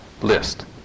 list